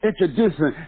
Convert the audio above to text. introducing